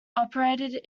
operated